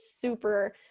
super